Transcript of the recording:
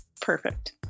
perfect